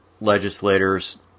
legislators